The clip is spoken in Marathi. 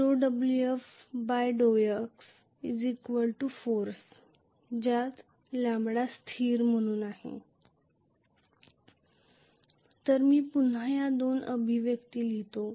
Wf∂x Force λ स्थिर म्हणून तर मी पुन्हा या दोन अभिव्यक्ती लिहितो